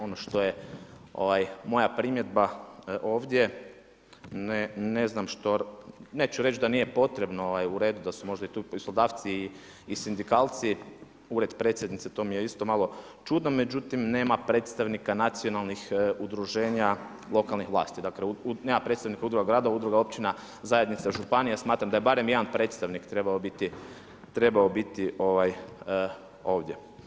Ono što je moja primjedba ovdje, neću reć da nije potrebno, u redu da su možda tu i poslodavci i sindikalci, ured predsjednice to mi je isto malo čudno, međutim nema predstavnika nacionalnih udruženja lokalnih vlasti, dakle nema predstavnika udruga grada, udruga općina, zajednica, županija, smatram da je barem jedan predstavnik trebao biti ovdje.